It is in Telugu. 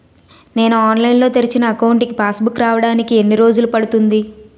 నేను ఆన్లైన్ లో తెరిచిన అకౌంట్ కి పాస్ బుక్ రావడానికి ఎన్ని రోజులు పడుతుంది?